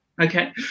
Okay